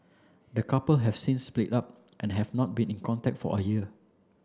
the couple have since split up and have not been in contact for a year